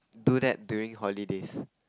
do that during holidays